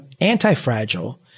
anti-fragile